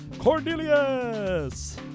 Cornelius